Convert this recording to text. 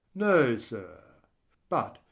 no, sir but,